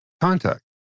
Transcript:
contact